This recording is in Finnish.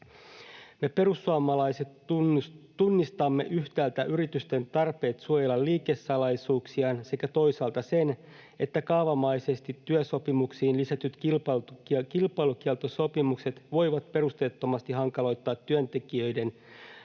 Me perussuomalaiset tunnistamme yhtäältä yritysten tarpeet suojella liikesalaisuuksia sekä toisaalta sen, että kaavamaisesti työsopimuksiin lisätyt kilpailukieltosopimukset voivat perusteettomasti hankaloittaa työntekijöitä